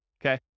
okay